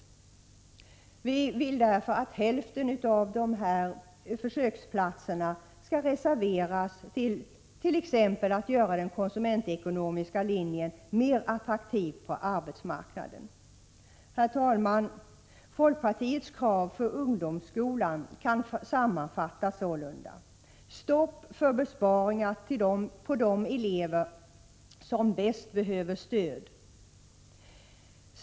Folkpartiet föreslår därför att hälften av de föreslagna platserna skall reserveras till att t.ex. göra den konsumentekonomiska utbildningen mer attraktiv på arbetsmarknaden. Herr talman! Folkpartiets krav för ungdomsskolan kan sammanfattas sålunda: - Stopp för besparingar som drabbar de elever som bäst behöver stöd.